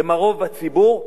והם הרוב בציבור,